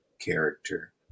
character